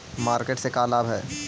Market से का लाभ है?